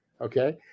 okay